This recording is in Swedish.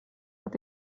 att